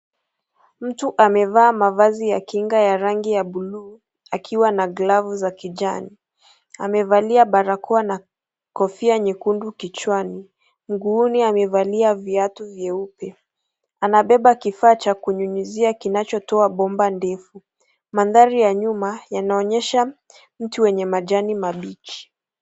Mtu amevaa mavazi ya kinga ya rangi ya bluu, akiwa na glavu za kijani. Amevalia barakoa na kofia nyekundu kichwani, mguuni amevalia viatu vyeupe. Anabeba kifaa cha kunyunyizia kinachotoa bomba ndefu. Mandhari ya nyuma yanaonyesha mti wenye majani mabichi.